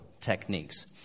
techniques